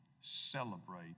celebrate